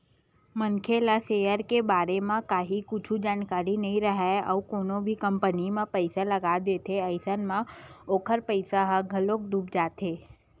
मनखे ला सेयर के बारे म काहि कुछु जानकारी नइ राहय अउ कोनो भी कंपनी म पइसा लगा देथे अइसन म ओखर पइसा ह घलोक डूब जाथे